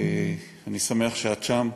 אני שמח שאת שם.